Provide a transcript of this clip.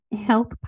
health